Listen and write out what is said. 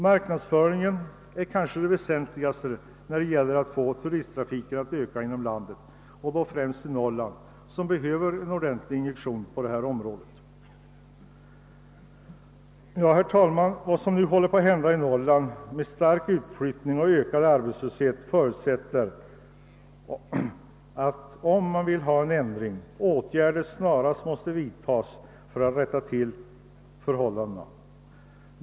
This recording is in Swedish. Marknadsföringen är kanske det väsentligaste när det gäller att öka turisttrafiken inom landet och då främst i Norrland som behöver en ordentlig injektion på detta område. Herr talman! Vad som nu håller på att hända i Norrland med stark utflyttning och ökande arbetslöshet förutsätter att åtgärder snarast vidtas om man vill göra något för att rätta till förhållandena.